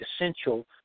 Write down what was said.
essential